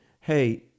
hey